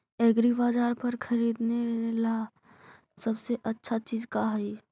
एग्रीबाजार पर खरीदने ला सबसे अच्छा चीज का हई?